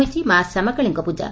ହୋଇଛି ମା' ଶ୍ୟାମାକାଳୀଙ୍କ ପୂଜା